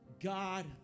God